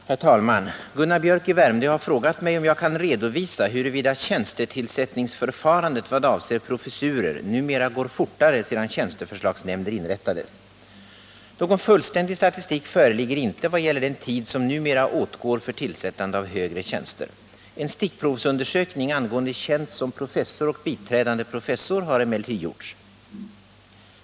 Herr talman! Gunnar Biörck i Värmdö har frågat mig om jag kan redovisa huruvida tjänstetillsättningsförfarandet vad avser professurer numera går fortare sedan tjänsteförslagsnämnder inrättades. Någon fullständig statistik föreligger inte vad gäller den tid som numera åtgår för tillsättande av högre tjänster. En stickprovsundersökning angående tjänst som professor och biträdande professor har emellertid gjorts.